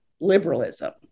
liberalism